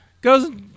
goes